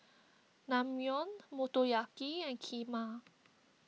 Naengmyeon Motoyaki and Kheema